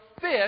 fish